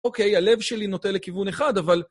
אוקיי, הלב שלי נוטה לכיוון אחד, אבל...